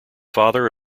father